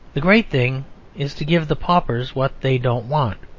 the great thing is to give the paupers what they don't want,